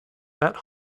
that